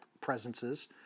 presences